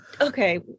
Okay